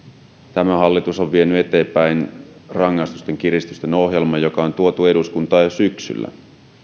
tämä hallitus on vienyt eteenpäin rangaistusten kiristysten ohjelman joka on tuotu eduskuntaan jo syksyllä